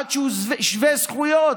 עד שהוא שווה זכויות,